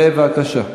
בבקשה.